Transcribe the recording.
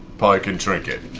pike and trinket.